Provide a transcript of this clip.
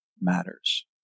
matters